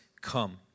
come